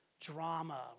drama